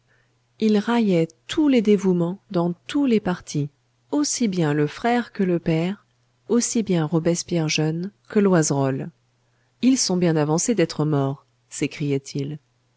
il raillait tous les dévouements dans tous les partis aussi bien le frère que le père aussi bien robespierre jeune que loizerolles ils sont bien avancés d'être morts s'écriait-il